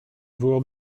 vous